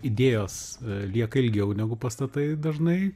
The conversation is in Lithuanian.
idėjos lieka ilgiau negu pastatai dažnai